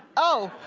oh,